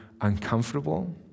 uncomfortable